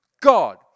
God